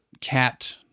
cat